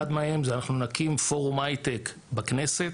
אחד מהם, זה אנחנו נקים פורום הייטק בכנסת.